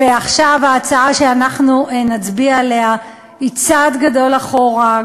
ועכשיו ההצעה שנצביע עליה היא צעד גדול אחורה,